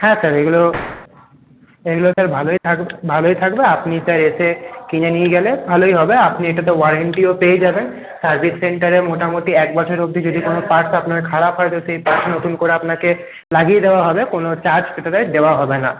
হ্যাঁ স্যার এইগুলো এইগুলো স্যার ভালোই থাকবে ভালোই থাকবে আপনি স্যার এসে কিনে নিয়ে গেলে ভালোই হবে আপনি এটাতে ওয়ারেন্টিও পেয়ে যাবেন সার্ভিস সেন্টারে মোটামুটি এক বছর অব্দি যদি কোন পার্টস আপনার খারাপ হয় তো সেই পার্টস নতুন করে আপনাকে লাগিয়ে দেওয়া হবে কোন চার্জ দেওয়া হবে না